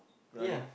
ya